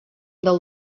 del